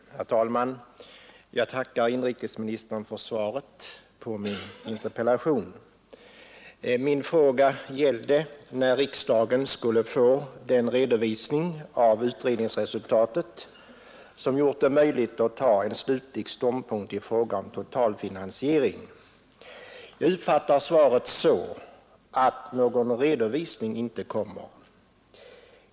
Herr talman! Jag tackar inrikesministern för svaret på min interpellation. Frågan gällde när riksdagen skulle få den redovisning av utredningsresultatet som gjorde det möjligt att ta slutlig ståndpunkt i fråga om totalfinansiering. Jag uppfattar svaret så att någon redovisning inte kommer.